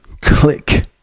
Click